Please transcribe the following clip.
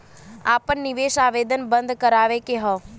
आपन निवेश आवेदन बन्द करावे के हौ?